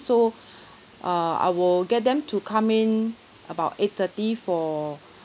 so uh I will get them to come in about eight thirty for